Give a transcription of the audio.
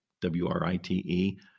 W-R-I-T-E